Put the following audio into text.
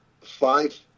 five